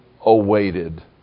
awaited